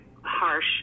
harsh